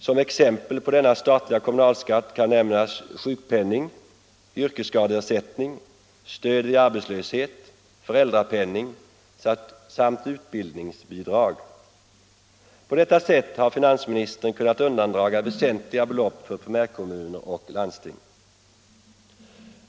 Som exempel på denna ”statliga kommunalskatt” kan nämnas sjukpenning, yrkesskadeersättning, stöd vid arbetslöshet, föräldrapenning samt utbildningsbidrag. På detta sätt har finansministern kunnat undandraga väsentliga belopp för primärkommuner och landsting.